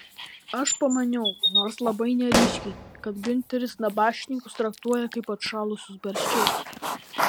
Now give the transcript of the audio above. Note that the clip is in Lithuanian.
aš pamaniau nors labai neryškiai kad giunteris nabašnikus traktuoja kaip atšalusius barščius